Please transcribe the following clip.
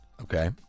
okay